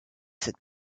cette